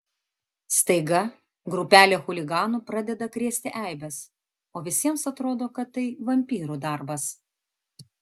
staiga grupelė chuliganų pradeda krėsti eibes o visiems atrodo kad tai vampyrų darbas